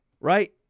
right